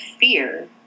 fear